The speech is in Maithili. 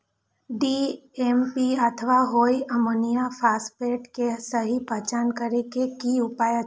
डी.ए.पी अथवा डाई अमोनियम फॉसफेट के सहि पहचान करे के कि उपाय अछि?